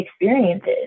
experiences